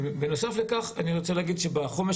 בנוסף לכך, אני רוצה להגיד שבחומש